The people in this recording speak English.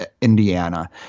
Indiana